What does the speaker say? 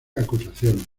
acusaciones